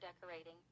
decorating